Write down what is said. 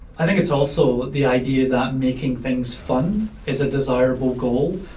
i think it's also the idea that making things fun is a desirable goal.